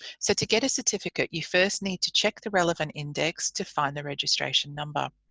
so, to get a certificate you first need to check the relevant index to find the registration number.